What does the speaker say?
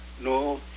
No